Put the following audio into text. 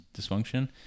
dysfunction